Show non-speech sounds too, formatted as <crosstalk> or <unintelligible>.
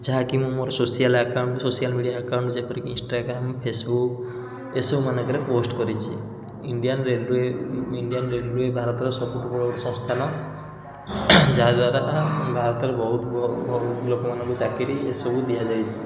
ଯାହାକି ମୁଁ ମୋର social account social media account ଯେପରିକି ଇନଷ୍ଟାଗ୍ରାମ୍ ଫେସବୁକ୍ ଏ ସବୁମାନଙ୍କରେ ପୋଷ୍ଟ୍ କରିଛି ଇଣ୍ଡିଆନ୍ ରେଲୱେ୍ ଇଣ୍ଡିଆନ୍ ରେଲୱେ୍ ଭାରତର ସବୁଠୁ ବଡ଼ ସଂସ୍ଥାନ ଯାହାଦ୍ଵାରା ଭାରତର ବହୁତ <unintelligible> ଲୋକମାନଙ୍କୁ ଚାକିରି ଏସବୁ ଦିଆଯାଇଛି